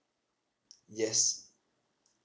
yes